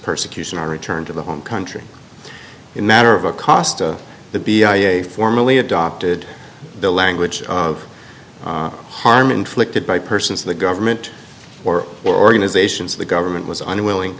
persecution or return to the home country in matter of a cost the b i a formally adopted the language of harm inflicted by persons the government or organizations the government was unwilling